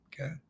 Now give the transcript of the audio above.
Okay